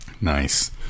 Nice